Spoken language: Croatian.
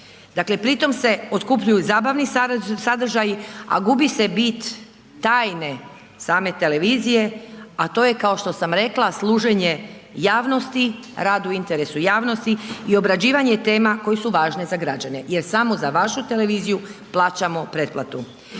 Dakle, pri tom se otkupljuju zabavni sadržaji, a gubi se bit tajne same televizije, a to je kao što sam rekla, služenje javnosti, radu i interesu javnosti i obrađivanje tema koje su važne za građane jer samo za vašu televiziju plaćamo pretplatu.